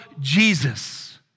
Jesus